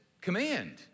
command